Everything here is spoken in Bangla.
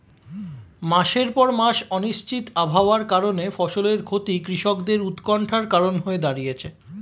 মাসের পর মাস অনিশ্চিত আবহাওয়ার কারণে ফসলের ক্ষতি কৃষকদের উৎকন্ঠার কারণ হয়ে দাঁড়িয়েছে